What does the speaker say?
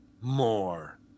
more